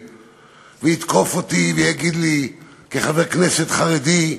ויתקוף אותי ויגיד לי כחבר כנסת חרדי: